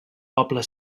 poble